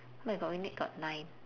oh my god we only got nine